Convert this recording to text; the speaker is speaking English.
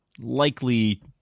likely